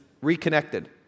reconnected